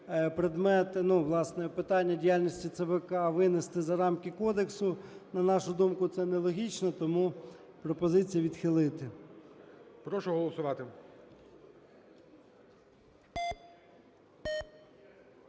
власне, питання діяльності ЦВК винести за рамки кодексу. На нашу думку, це нелогічно, тому пропозиція відхилити. ГОЛОВУЮЧИЙ. Прошу голосувати.